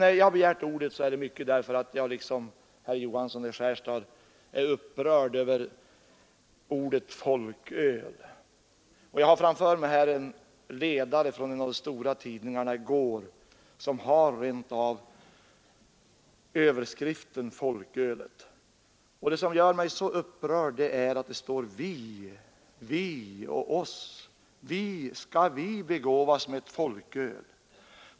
Att jag begärt ordet beror till stor del på att jag liksom herr Johansson i Skärstad är upprörd över användningen av beteckningen ”folkörl”. Jag har just nu i min hand en ledare från gårdagen i en av de stora tidningarna, som rent av har överskriften ”Folkölet”. Det som gör mig så upprörd i artikeln är att man skriver i vi-form. Det heter t.ex.: Skall vi begåvas med ett folköl?